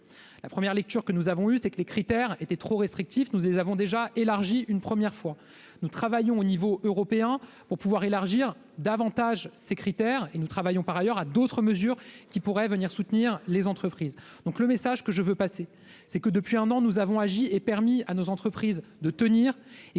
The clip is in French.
la première lecture que nous avons eue, c'est que les critères étaient trop restrictif, nous avons déjà élargi une première fois, nous travaillons au niveau européen pour pouvoir élargir davantage ces critères et nous travaillons par ailleurs à d'autres mesures qui pourraient venir soutenir les entreprises, donc le message que je veux passer, c'est que depuis un an nous avons agi et permis à nos entreprises de tenir et